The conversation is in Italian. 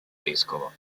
vescovo